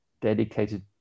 dedicated